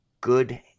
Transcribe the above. good